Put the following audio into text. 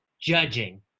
judging